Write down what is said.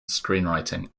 screenwriting